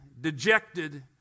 dejected